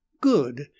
Good